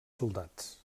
soldats